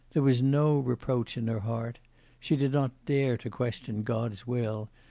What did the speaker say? there was no reproach in her heart she did not dare to question god's will,